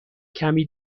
کمی